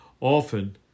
often